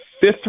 fifth